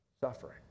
suffering